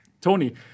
Tony